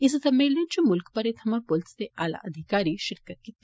इस सम्मेलन च मुल्ख भरै थमां पुलस दे आला अधिकारिएं षिरकत कीती